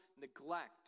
neglect